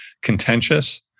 contentious